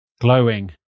glowing